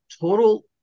total